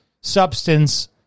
substance